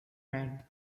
man